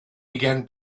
began